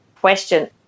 question